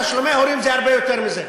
תשלומי הורים זה הרבה יותר מזה.